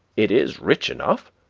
it is rich enough.